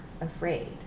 afraid